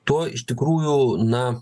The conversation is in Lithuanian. tuo iš tikrųjų na